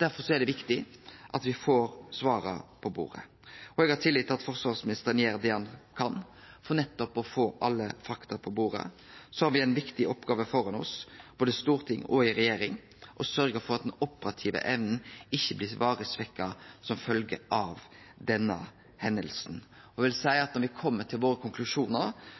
Derfor er det viktig at me får svara på bordet, og eg har tillit til at forsvarsministeren gjer det han kan for nettopp å få alle fakta på bordet. Så har me ei viktig oppgåve framfor oss, både i storting og i regjering, med å sørgje for at den operative evna ikkje blir varig svekka som følgje av denne hendinga. Når me kjem til konklusjonane våre, vil